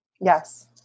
Yes